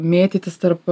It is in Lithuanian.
mėtytis tarp